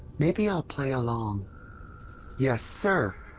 maybe i'll play along yes sir!